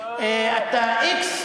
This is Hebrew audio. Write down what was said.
אתה x,